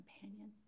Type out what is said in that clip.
companion